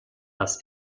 das